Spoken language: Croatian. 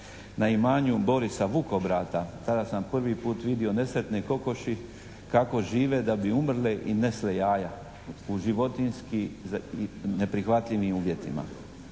na imanju Borisa Vukobrata. Tada sam prvi put vidio nesretne kokoši kako žive da bi umrle i nesle jaja u životinjski neprihvatljivim uvjetima.